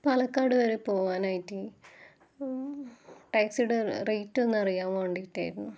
പാലക്കാട് വരെ പോകാനായിട്ട് ടാക്സിയുടെ റേറ്റ് ഒന്നറിയാന് വേണ്ടിയിട്ടായിരുന്നു